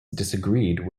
disagreed